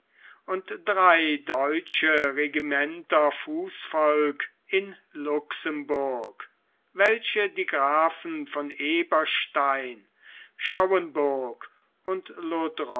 und drei deutsche regimenter fußvolk in luxemburg welche die grafen von eberstein schauenburg und